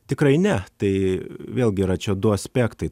tikrai ne tai vėlgi yra čia du aspektai